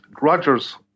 Roger's